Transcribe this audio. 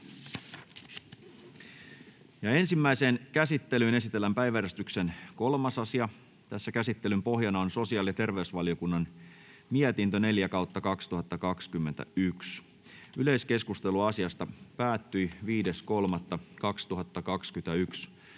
Ensimmäiseen käsittelyyn esitellään päiväjärjestyksen 3. asia. Käsittelyn pohjana on sosiaali- ja terveysvaliokunnan mietintö StVM 4/2021 vp. Yleiskeskustelu asiasta päättyi 5.3.2021